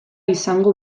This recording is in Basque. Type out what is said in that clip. izango